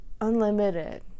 unlimited